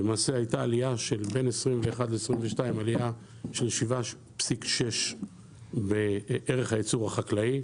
בין 2021 ל-2022 הייתה עלייה של 7.6% בערך הייצור החקלאי.